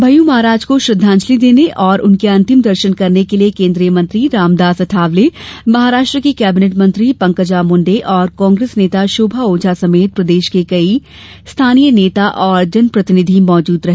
भय्य महाराज को श्रद्वांजलि देने और उनके अंतिम दर्शन के लिए केंद्रीय मेंत्री रामदास अठावले महाराष्ट्र की कैबिनेट मंत्री पंकजों मुंडे और कांग्रेस नेता शोभा ओझा समेत इंदौर के कई स्थानीय नेता और जनप्रतिनिधि मौजूद रहे